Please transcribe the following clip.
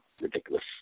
ridiculous